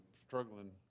struggling